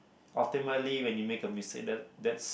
ultimately when you make a mistake that that's